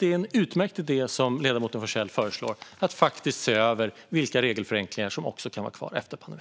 Det är en utmärkt idé som ledamoten Forssell föreslår att faktiskt se över vilka regelförenklingar som kan vara kvar efter pandemin.